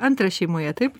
antras šeimoje taip